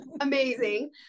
amazing